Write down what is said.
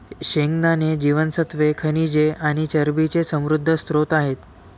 शेंगदाणे जीवनसत्त्वे, खनिजे आणि चरबीचे समृद्ध स्त्रोत आहेत